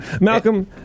Malcolm